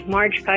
Marge